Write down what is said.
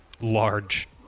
large